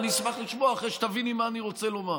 אשמח לשמוע אחרי שתביני מה אני רוצה לומר.